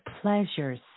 pleasures